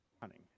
hunting